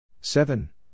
Seven